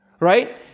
Right